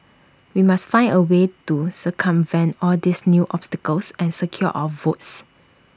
we must find A way to circumvent all these new obstacles and secure our votes